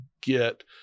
get